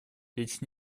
речь